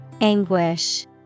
Anguish